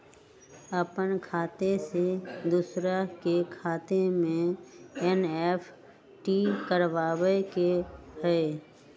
अपन खाते से दूसरा के खाता में एन.ई.एफ.टी करवावे के हई?